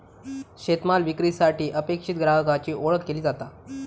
शेतमाल विक्रीसाठी अपेक्षित ग्राहकाची ओळख केली जाता